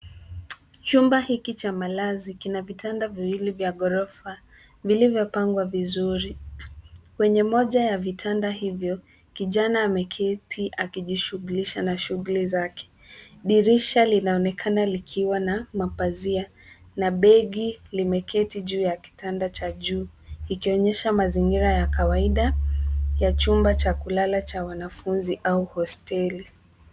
Chumba hiki cha malazi kina vitanda viwili vya ghorofa vilivyopangwa vizuri. Kwenye moja ya vitanda hivyo kijana ameketi akijishughulisha na shughuli zake. Dirisha linaonekana likiwa na mapazia na begi limeketi juu ya kitanda cha juu ikionyesha mazingira ya kawaida ya chumba cha kulala cha wanafunzi au hosteli.